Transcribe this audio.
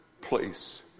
place